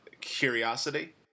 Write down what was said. curiosity